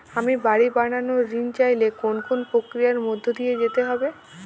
আমি বাড়ি বানানোর ঋণ চাইলে কোন কোন প্রক্রিয়ার মধ্যে দিয়ে যেতে হবে?